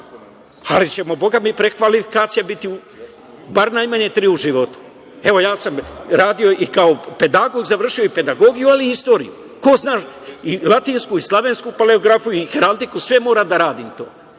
ali ćemo, Boga mi, prekvalifikacije imati najmanje tri u životu. Evo, ja sam radio i kao pedagog, završio i pedagogiju, ali i istoriju. Ko zna, i latinsku i slavensku paleografiju i heraldiku, sve moram da radim to,